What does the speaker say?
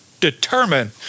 determine